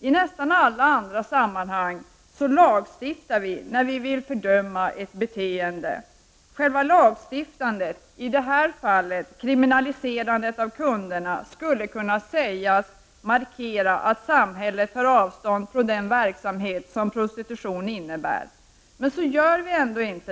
I nästan alla andra sammanhang lagstiftar vi när vi vill fördöma ett beteende. Själva lagstiftandet, i det här fallet kriminaliserandet av kunderna, skulle kunna sägas markera att samhället tar avstånd från den verksamhet som prostitution innebär. Ändå gör vi inte det.